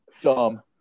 dumb